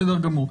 בסדר גמור.